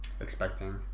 expecting